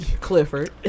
Clifford